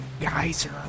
Geyser